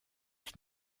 its